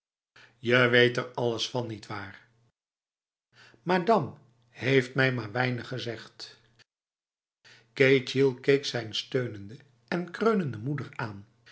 je weet er alles van nietwaar md heeft mij maar weinig gezegd ketjil keek zijn steunende en kreunende moeder aan